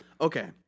Okay